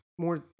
More